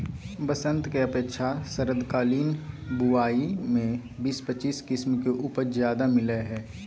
बसंत के अपेक्षा शरदकालीन बुवाई में बीस पच्चीस किस्म के उपज ज्यादे मिलय हइ